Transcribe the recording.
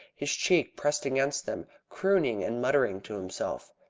his cheek pressed against them, crooning and muttering to himself.